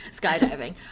skydiving